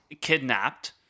kidnapped